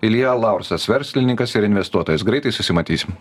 ilja laursas verslininkas ir investuotojas greitai susimąstysim